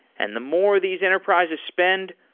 and the more these enterprises spend,